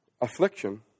Affliction